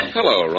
Hello